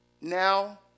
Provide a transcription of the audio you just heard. Now